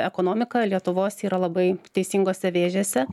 ekonomika lietuvos yra labai teisingose vėžėse